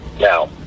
Now